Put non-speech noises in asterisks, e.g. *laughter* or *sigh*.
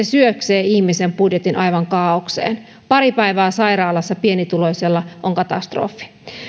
*unintelligible* syöksee ihmisen jos on pienituloinen budjetin aivan kaaokseen pari päivää sairaalassa pienituloiselle on katastrofi